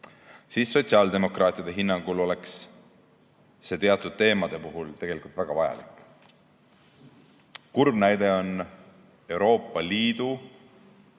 siis sotsiaaldemokraatide hinnangul oleks see teatud teemade puhul tegelikult väga vajalik. Kurb näide on Euroopa Liidu